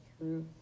truth